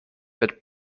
but